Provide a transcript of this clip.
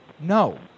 no